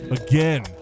again